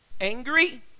angry